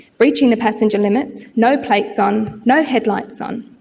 breaching the passenger limits, no plates on, no headlights on.